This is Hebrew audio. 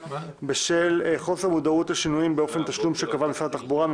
בשל חוסר המודעות לשינויים באופן התשלום שקבע משרד התחבורה",